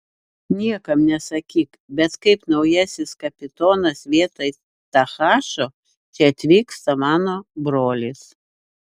niekam nesakyk bet kaip naujasis kapitonas vietoj tahašo čia atvyksta mano brolis